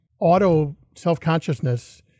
auto-self-consciousness